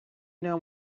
know